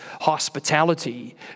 hospitality